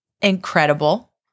incredible